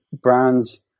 brands